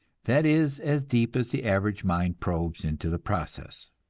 that is as deep as the average mind probes into the process.